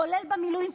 כולל במילואים?